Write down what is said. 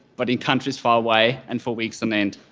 but in countries far away and for weeks on end.